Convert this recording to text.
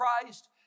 Christ